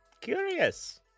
Curious